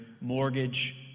mortgage